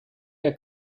der